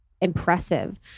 impressive